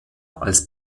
als